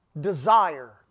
desire